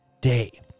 Day